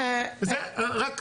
זה רק הערה,